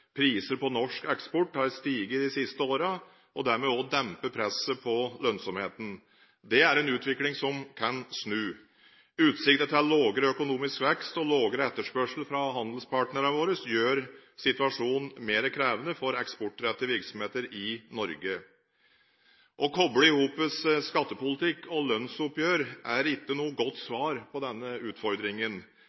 priser på norsk eksport har steget de siste årene og dermed òg dempet presset på lønnsomheten. Det er en utvikling som kan snu. Utsiktene til lavere økonomisk vekst og lavere etterspørsel fra handlingspartnerne våre gjør situasjonen mer krevende for eksportrettede virksomheter i Norge. Å koble sammen skattepolitikk og lønnsoppgjør er ikke noe godt svar på denne utfordringen.